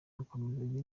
gukomeza